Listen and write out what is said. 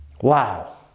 Wow